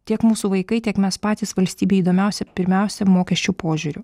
tiek mūsų vaikai tiek mes patys valstybei įdomiausi pirmiausia mokesčių požiūriu